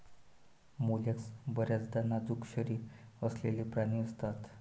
mollusc बर्याचदा नाजूक शरीर असलेले प्राणी असतात